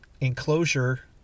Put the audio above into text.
enclosure